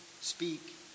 speak